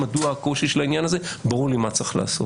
ברור לי מדוע הקושי של העניין הזה וברור לי מה צריך לעשות.